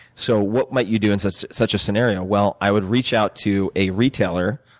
so what might you do in such such a scenario? well, i would reach out to a retailer,